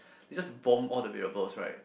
they just bomb all the variables right